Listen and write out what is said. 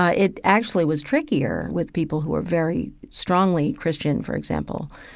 ah it actually was trickier with people who are very strongly christian, for example,